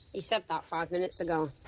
you said that five minutes ago.